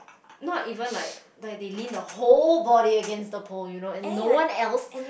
not even like like they lean the whole body against the pole you know and no one else